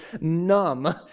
numb